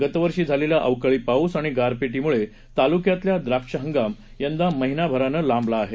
गतवर्षी झालेल्या अवकाळी पाऊस आणि गारपिटीमुळे तालुक्यातला द्राक्ष हंगाम यंदा महिनाभरानं लांबला आहे